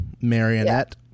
marionette